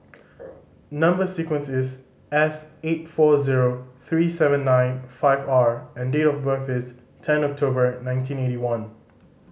number sequence is S eight four zero three seven nine five R and date of birth is ten October nineteen eighty one